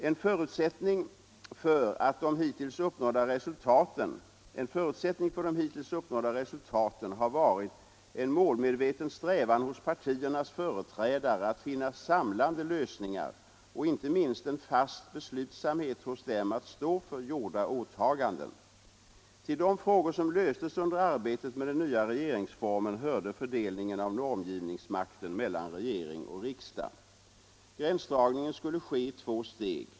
En förutsättning för de hittills uppnådda resultaten har varit en målmedveten strävan hos partiernas företrädare att finna samlande lösningar och inte minst en fast beslutsamhet hos dem att stå för gjorda åtaganden. Till de frågor som löstes under arbetet med den nya regeringsformen hörde fördelningen av normgivningsmakten mellan regering och riksdag. Gränsdragningen skulle ske i två steg.